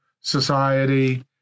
Society